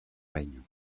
règne